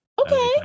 Okay